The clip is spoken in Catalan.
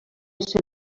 ser